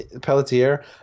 Pelletier